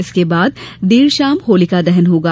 इसके बाद देर शाम होलिका दहन होगा